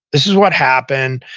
this is what happened,